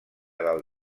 del